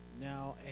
now